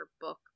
book